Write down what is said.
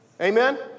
Amen